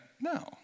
no